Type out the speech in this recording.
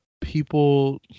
people